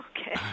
Okay